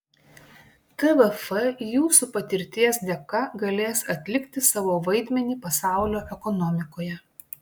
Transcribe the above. tvf jūsų patirties dėka galės atlikti savo vaidmenį pasaulio ekonomikoje